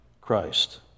Christ